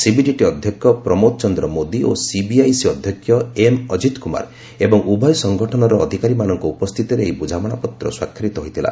CBDT ଅଧ୍ୟକ୍ଷ ପ୍ରମୋଦ ଚନ୍ଦ୍ର ମୋଦୀ ଓ CBIC ଅଧ୍ୟକ୍ଷ ଏମ୍ ଅକିତକୁମାର ଏବଂ ଉଭୟ ସଂଗଠନର ଅଧିକାରୀମାନଙ୍କ ଉପସ୍ଥିତିରେ ଏହି ବୁଝାମଣାପତ୍ର ସ୍ୱାକ୍ଷରିତ ହୋଇଥିଲା